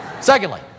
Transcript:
Secondly